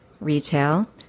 retail